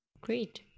great